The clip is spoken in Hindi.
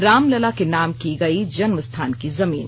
रामलला के नाम की गयी जन्म स्थान की जमीन